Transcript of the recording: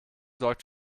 sorgt